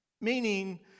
meaning